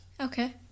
Okay